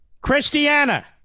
Christiana